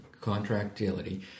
contractility